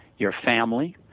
your family,